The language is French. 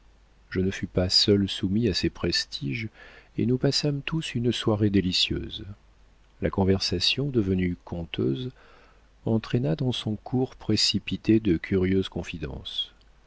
je ne fus pas seul soumis à ces prestiges et nous passâmes tous une soirée délicieuse la conversation devenue conteuse entraîna dans son cours précipité de curieuses confidences